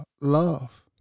love